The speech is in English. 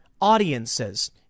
audiences